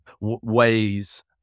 ways